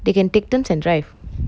they can take turns and drive